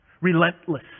relentless